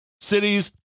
cities